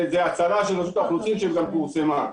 זה פורסם.